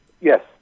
Yes